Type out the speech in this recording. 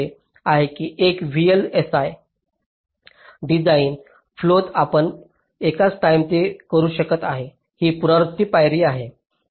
आता पुन्हा मी म्हटलं आहे की एक VLSI डिझाइन फ्लोत आपण एकाच टाईम हे करू शकत नाही ही पुनरावृत्तीची पायरी आहे